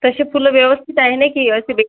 कसे फुलं व्यवस्थित आहे ना की असे बे